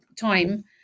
time